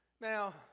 Now